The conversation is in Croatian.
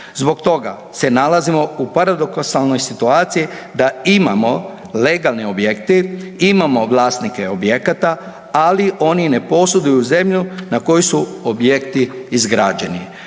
Zbog toga se nalazimo u paradoksalnoj situaciji da imamo legalne objekte, imamo vlasnike objekata, ali oni ne posjeduju zemlju na kojoj su objekti izgrađeni.